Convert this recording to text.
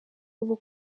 ubu